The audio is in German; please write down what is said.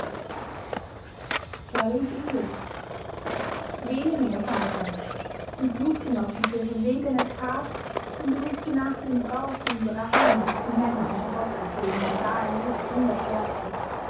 da rief ingo wähle mir vater die blutgenossen für verwegene tat und rüste nach dem brauch unserer heimat die männer und rosse für den vandalenritt in der schwärze